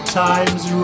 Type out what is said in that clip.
times